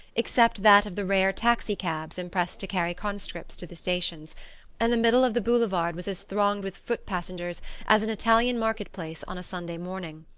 except that of the rare taxi-cabs impressed to carry conscripts to the stations and the middle of the boulevards was as thronged with foot-passengers as an italian market-place on a sunday morning.